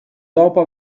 dopo